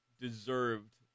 deserved